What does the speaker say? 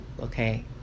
okay